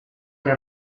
que